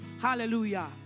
Hallelujah